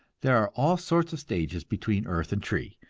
there are all sorts of stages between earth and tree,